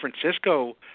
Francisco